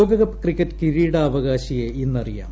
ലോകകപ്പ് ക്രിക്കറ്റ് കിരീടാവകാശിയെ ഇന്നറിയാം